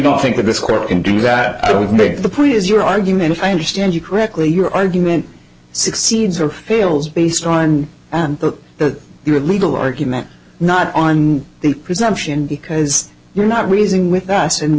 don't think that this court can do that i don't make the point is your argument if i understand you correctly your argument succeeds or fails based on the your legal argument not on the presumption because you're not raising with us and